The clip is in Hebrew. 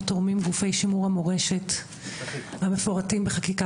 או תורמים גופי שימור המורשת המפורטים בחקיקה